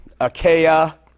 Achaia